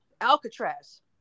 alcatraz